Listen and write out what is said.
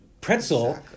pretzel